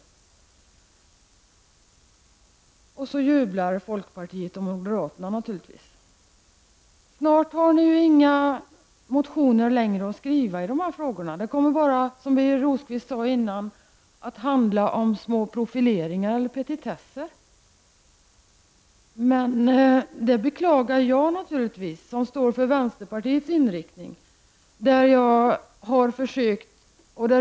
Folkpartiet och moderaterna jublar naturligtvis. Snart har ni inte längre några motioner att skriva i de här frågorna. Det kommer, som Birger Rosqvist tidigare sade, bara att handla om små profileringar eller petitesser. Det beklagar naturligtvis jag, som står för vänsterpartiets inriktning.